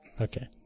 okay